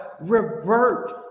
revert